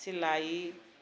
सिलाइ